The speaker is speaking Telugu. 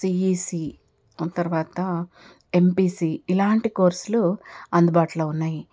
సిఈసీ ఆ తరువాత ఎంపీసీ ఇలాంటి కోర్సులు అందుబాటులో ఉన్నాయి